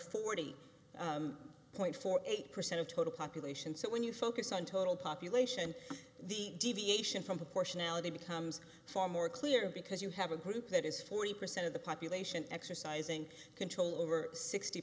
forty point four eight percent of total population so when you focus on total population the deviation from proportionality becomes far more clear because you have a group that is forty percent of the population exercising control over sixty